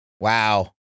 Wow